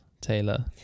Taylor